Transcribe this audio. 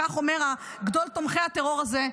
כך אומר גדול תומכי הטרור הזה,